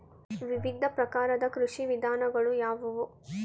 ವಿವಿಧ ಪ್ರಕಾರದ ಕೃಷಿ ವಿಧಾನಗಳು ಯಾವುವು?